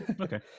Okay